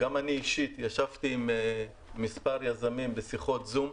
גם אני אישית ישבתי עם מספר יזמים בשיחות זום,